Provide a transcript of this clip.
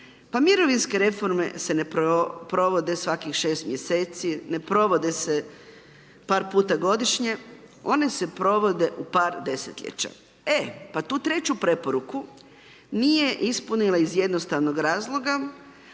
mirovinske reforme se ne provode svaki 6 mj., ne provode se par puta godišnje, one se provode u par desetljeća, e, pa tu treću preporuku nije ispunila iz jednostavnog razloga,